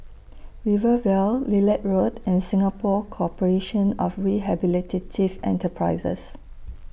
Rivervale Lilac Road and Singapore Corporation of Rehabilitative Enterprises